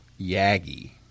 Yagi